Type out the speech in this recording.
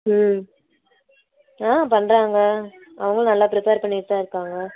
ம் ஆ பண்ணுறாங்க அவங்களும் நல்லா ப்ரிப்பர் பண்ணிகிட்டு தான் இருக்காங்க